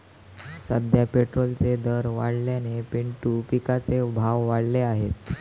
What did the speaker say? सध्या पेट्रोलचे दर वाढल्याने पिंटू पिकाचे भाव वाढले आहेत